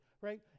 right